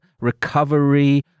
recovery